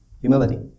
Humility